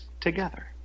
together